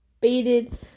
baited